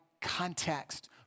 context